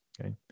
Okay